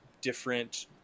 different